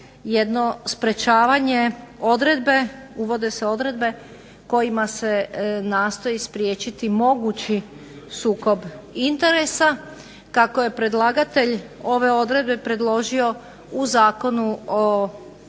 jedno sprečavanje odredbe, uvode se odredbe kojima se nastoji spriječiti mogući sukob interes. Kako je predlagatelj ove odredbe predložio u Zakonu o